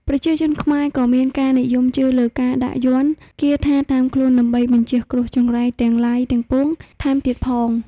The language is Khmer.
ប្រជាជនខ្មែរក៏មានការនិយមជឿលើការដាក់យ័ន្តគាថាតាមខ្លួនដើម្បីបញ្ចៀសគ្រោះចង្រៃទាំងឡាយទាំងពួងថែមទៀតផង